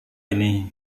ini